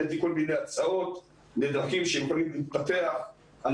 העליתי כל מיני הצעות לדרכים שיכולים להתפתח על